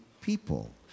people